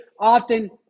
often